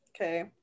okay